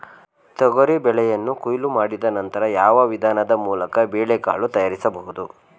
ತೊಗರಿ ಬೇಳೆಯನ್ನು ಕೊಯ್ಲು ಮಾಡಿದ ನಂತರ ಯಾವ ವಿಧಾನದ ಮೂಲಕ ಬೇಳೆಕಾಳು ತಯಾರಿಸಬಹುದು?